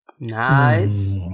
nice